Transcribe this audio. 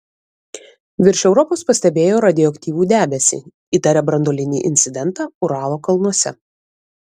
virš europos pastebėjo radioaktyvų debesį įtaria branduolinį incidentą uralo kalnuose